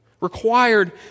required